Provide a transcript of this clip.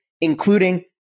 including